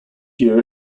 year